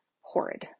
horrid